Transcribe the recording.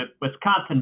Wisconsin